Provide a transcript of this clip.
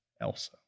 Elsa